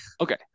Okay